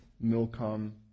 Milcom